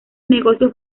negocios